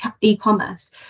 e-commerce